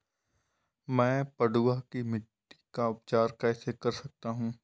मैं पडुआ की मिट्टी का उपचार कैसे कर सकता हूँ?